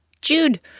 Jude